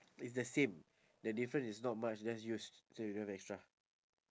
it's the same the difference is not much just use say you don't have extra